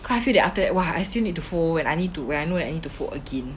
cause I feel that after that !wah! I still need to fold when I need to fold that again